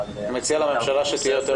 אבל --- אני מציעה שהממשלה תהיה יותר